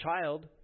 child